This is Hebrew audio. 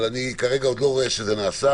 אבל אני כרגע עוד לא רואה שזה נעשה,